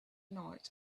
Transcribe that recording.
night